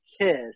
kiss